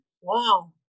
Wow